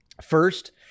First